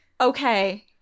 okay